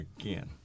Again